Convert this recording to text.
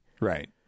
Right